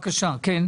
כן?